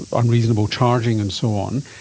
unreasonable charging and so on.